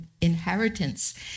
inheritance